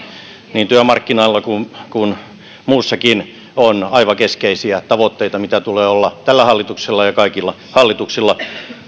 niin työmarkkinoilla kuin muussakin on aivan keskeisiä tavoitteita mitä tulee olla tällä hallituksella ja kaikilla hallituksilla